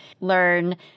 learn